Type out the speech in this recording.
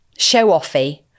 show-offy